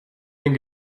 den